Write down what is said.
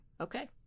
okay